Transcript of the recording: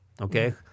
Okay